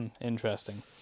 interesting